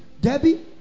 debbie